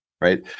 right